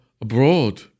abroad